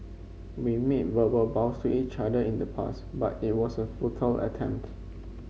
we made verbal vows to each other in the past but it was a futile attempt